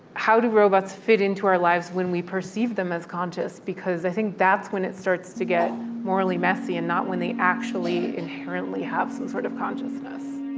how do robots fit into our lives when we perceive them as conscious? because i think that's when it starts to get morally messy and not when they actually inherently have some sort of consciousness